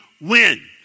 Win